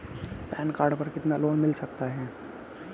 Pan card पर कितना loan मिल सकता है?